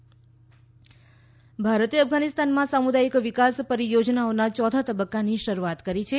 ભારત અફઘાનિસ્તાન ભારતે અફઘાનિસ્તાનમાં સામુદાથિક વિકાસ પરિયોજનાઓના ચોથા તબક્કાની શરૂઆત કરી છે